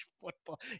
football